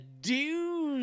dude